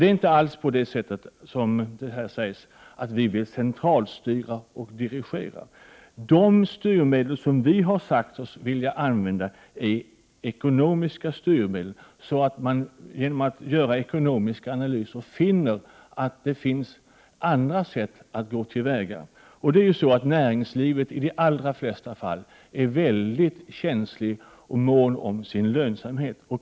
Det är inte alls såsom det här sägs, att vi vill centralstyra och dirigera. Det styrmedel som vi har sagt oss vilja använda är ekonomiska styrmedel, så att man genom att göra ekonomiska analyser finner att det finns andra sätt att gå till väga på. Näringslivet är i de allra flesta fall mycket känsligt och mån om lönsamheten.